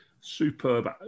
Superb